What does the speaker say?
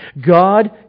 God